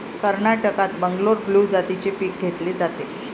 कर्नाटकात बंगलोर ब्लू जातीचे पीक घेतले जाते